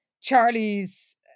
Charlie's